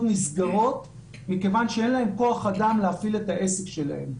נסגרות כיוון שאין להן כוח אדם להפעיל את העסק שלהן.